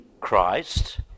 Christ